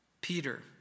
Peter